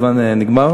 הזמן נגמר.